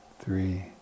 three